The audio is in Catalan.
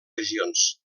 regions